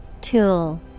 Tool